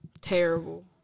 terrible